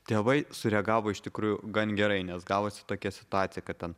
tėvai sureagavo iš tikrųjų gan gerai nes gavosi tokia situacija kad ten